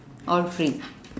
all free